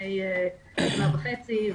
לפני שנה וחצי.